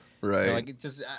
Right